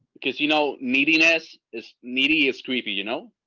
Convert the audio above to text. cause you know, neediness is needy is creepy, you know?